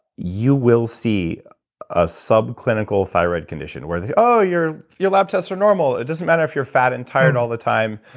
you will see a sub-clinical thyroid condition, where they're, oh your your lab tests are normal, it doesn't matter if you're fat and tired all the time,